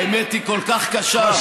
האמת היא כל כך קשה.